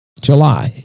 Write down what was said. July